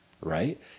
right